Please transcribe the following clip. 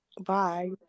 Bye